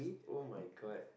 [oh]-my-god